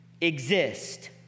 exist